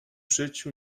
życiu